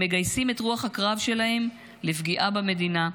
הם מגייסים את רוח הקרב שלהם לפגיעה במדינה,